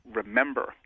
remember